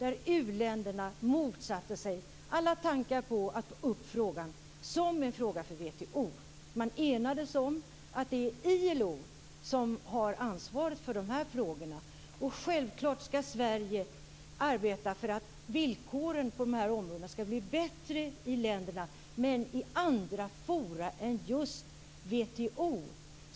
U-länderna motsatte sig där alla tankar på att ta upp frågan som en fråga för WTO. Man enades om att det är ILO som skall ha ansvaret för dessa frågor. Självklart skall Sverige arbeta för att villkoren på dessa områden skall bli bättre i länderna men i andra forum än just WTO.